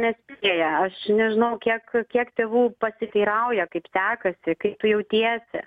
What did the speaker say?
nespėja aš nežinau kiek kiek tėvų pasiteirauja kaip sekasi kaip tu jautiesi